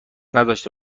نداشته